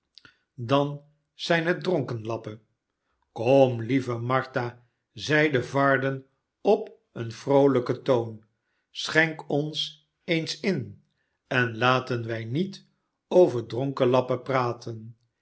dan zijn het dronken lappen kom lieye martha zeide varden op een vroolijken toon schenk ons eens in en laten wij niet over dronken lappen praten